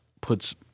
puts